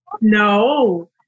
No